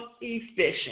efficient